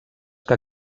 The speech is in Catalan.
que